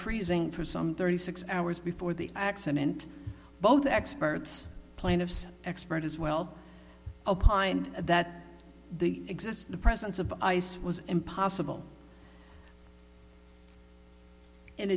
freezing for some thirty six hours before the accident both experts plaintiff's expert as well opined that the exist the presence of ice was impossible in